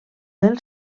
del